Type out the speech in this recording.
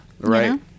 right